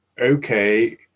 okay